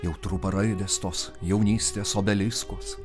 jau trupa raidės tos jaunystės obeliskuos